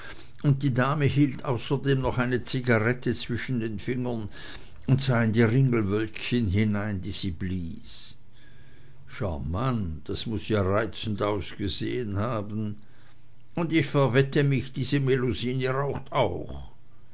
und die dame hielt außerdem noch eine zigarette zwischen den fingern und sah in die ringelwölkchen hinein die sie blies scharmant das muß ja reizend ausgesehn haben und ich verwette mich diese melusine raucht auch